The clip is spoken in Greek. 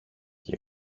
και